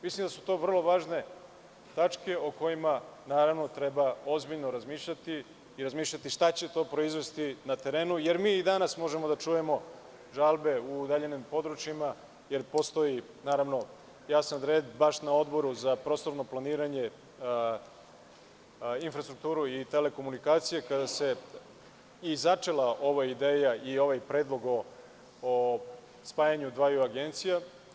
Mislim da su to vrlo važne tačke o kojima naravno treba ozbiljno razmišljati i razmišljati šta će to proizvesti na terenu, jer mi i danas možemo da čujemo žalbe u udaljenim područjima, jer postoji, naravno, jasan red baš na Odboru za prostorno planiranje infrastrukturu i telekomunikacije, kada se i začela ova ideja i ovaj predlog o spajanju dveju agencija.